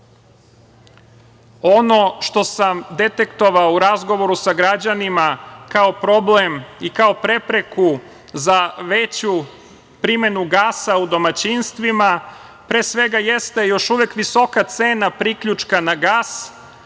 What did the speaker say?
Ono što sam detektovao u razgovoru sa građanima, kao problem i kao prepreku za veću primenu gasa u domaćinstvima, pre svega jeste još uvek visoka cena priključka na gas